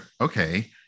okay